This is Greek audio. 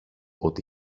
ότι